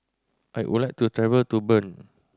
I would like to travel to Bern